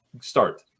Start